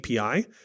API